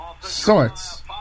sorts